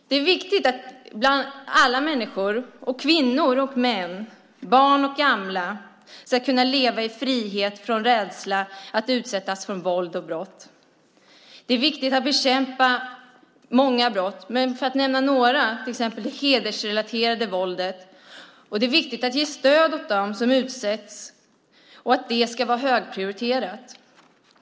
Det är viktigt att alla människor, kvinnor och män, barn och gamla, kan leva i frihet från rädsla för att utsättas för våld och brott. Det är viktigt att bekämpa många brott, men när det gäller det hedersrelaterade våldet, för att nämna ett exempel, är det viktigt att ge stöd åt dem som utsätts, och det ska vara högprioriterat.